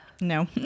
No